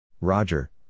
Roger